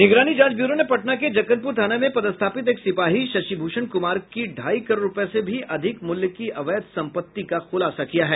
निगरानी जांच ब्यूरो ने पटना के जक्कनपुर थाना में पदस्थापित एक सिपाही शशिभूषण कुमार की ढाई करोड़ रूपये से भी अधिक मूल्य की अवैध संपत्ति का खुलासा किया है